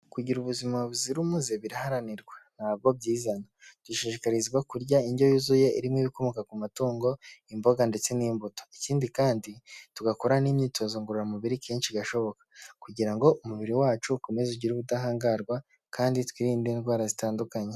Kugira ubuzima buzira umuze biraharanirwa ntabwo byizana. Dushishikarizwa kurya indyo yuzuye irimo ibikomoka ku matungo imboga ndetse n'imbuto. Ikindi kandi tugakora n'imyitozo ngororamubiri kenshi gashoboka kugira ngo umubiri wacu ukomeze ugire ubudahangarwa kandi twirinde indwara zitandukanye.